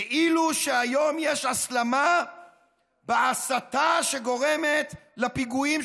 כאילו שהיום יש הסלמה בהסתה שגורמת לפיגועים,